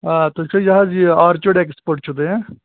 آ تُہۍ چھُوا یہِ حظ یہِ آرچُڈ ایٚکٕسپٲٹ چھُو تُہۍ